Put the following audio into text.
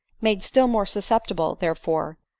made still more susceptible, therefore,